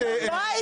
אני לא אחזור בי.